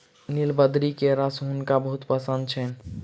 नीलबदरी के रस हुनका बहुत पसंद छैन